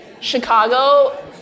Chicago